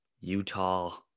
Utah